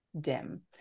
dim